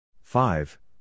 five